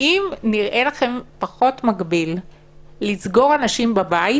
האם נראה לכם פחות מגביל לסגור אנשים בבית